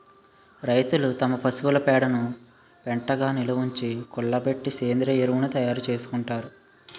రైతులు తమ పశువుల పేడను పెంటగా నిలవుంచి, కుళ్ళబెట్టి సేంద్రీయ ఎరువును తయారు చేసుకుంటారు